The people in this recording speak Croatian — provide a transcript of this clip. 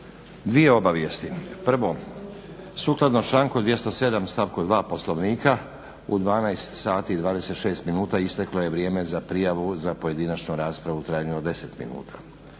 Dvije obavijesti. Prvo, sukladno članku 207.stavku 2. Poslovnika u 12,26 sati isteklo je vrijeme za prijavu za pojedinačnu raspravu u trajanju od 10 minuta.